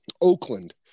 Oakland